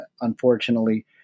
unfortunately